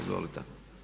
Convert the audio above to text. Izvolite.